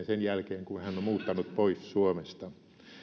sen jälkeen kun hän on muuttanut pois suomesta